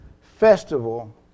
festival